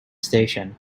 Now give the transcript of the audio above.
station